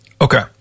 Okay